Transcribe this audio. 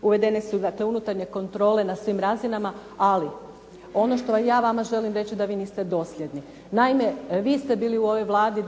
uvedene su dakle, unutarnje kontrole na svim razinama. Ali ono što ja vama želim reći da vi niste dosljedni. Naime, vi ste bili u ovoj Vladi